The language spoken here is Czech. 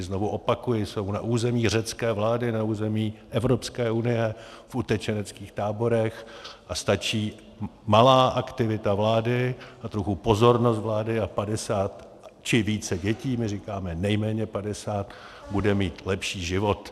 Znovu opakuji, jsou na území řecké vlády, na území Evropské unie v utečeneckých táborech a stačí malá aktivita vlády a trochu pozornost vlády a 50 či více dětí, my říkáme nejméně 50, bude mít lepší život.